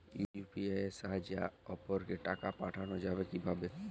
UPI এর সাহায্যে অপরকে টাকা পাঠানো যাবে কিভাবে?